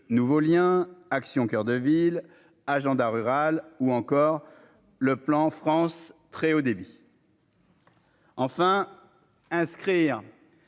nouveaux liens Action, coeur de ville agenda rural ou encore le plan France très haut débit. Enfin inscrire